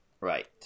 Right